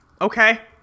okay